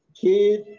kid